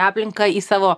aplinką į savo